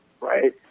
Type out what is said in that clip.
right